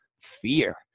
fear